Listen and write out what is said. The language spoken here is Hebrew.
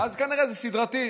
אז כנראה זה סדרתי.